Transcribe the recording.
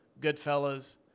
Goodfellas